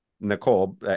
Nicole